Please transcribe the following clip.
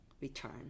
return